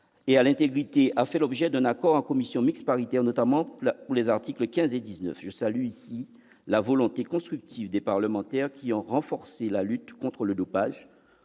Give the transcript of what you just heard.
et à l'intégrité, a fait l'objet d'un accord en commission mixte paritaire, notamment sur les articles 15 et 19. Je salue ici la volonté constructive des parlementaires, qui ont renforcé la lutte contre le dopage